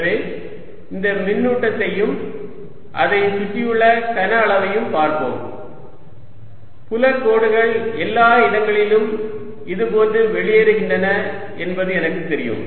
எனவே இந்த மின்னூட்டத்தையும் அதைச் சுற்றியுள்ள கன அளவையும் பார்ப்போம் புல கோடுகள் எல்லா இடங்களிலும் இதுபோன்று வெளியேறுகின்றன என்பது எனக்குத் தெரியும்